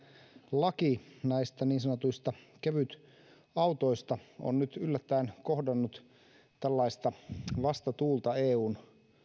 laki näistä niin sanotuista kevytautoista on nyt yllättäen kohdannut tällaista vastatuulta eun